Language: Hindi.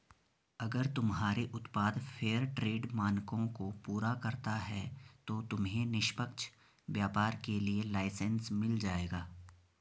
अगर तुम्हारे उत्पाद फेयरट्रेड मानकों को पूरा करता है तो तुम्हें निष्पक्ष व्यापार के लिए लाइसेन्स मिल जाएगा